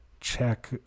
check